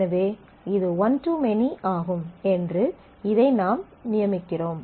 எனவே இது one to many ஆகும் என்று இதை நாம் நியமிக்கிறோம்